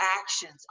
actions